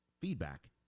feedback